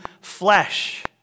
flesh